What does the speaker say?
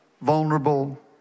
vulnerable